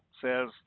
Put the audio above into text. says